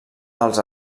els